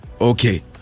okay